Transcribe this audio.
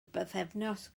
bythefnos